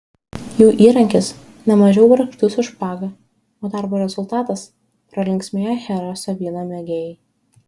jų įrankis nemažiau grakštus už špagą o darbo rezultatas pralinksmėję chereso vyno mėgėjai